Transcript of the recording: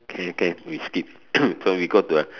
can can we skip so we go to the